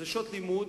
זה שעות לימוד,